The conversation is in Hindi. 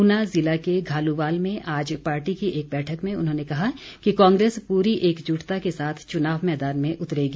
ऊना ज़िले के घालुवाल में आज पार्टी की एक बैठक में उन्होंने कहा कि कांग्रेस पूरी एकजुटता के साथ चुनाव मैदान में उतरेगी